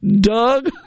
Doug